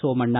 Somanna